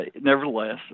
nevertheless